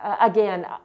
again